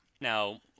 Now